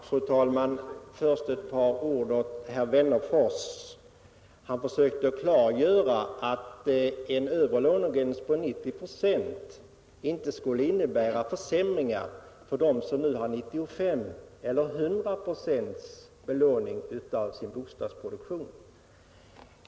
Fru talman! Först ett par ord till herr Wennerfors. Han försökte göra gällande att en övre lånegräns på 90 procent inte skulle innebära försämringar för dem som nu har 95 eller 100 procents belåning av sin bostadsproduktion.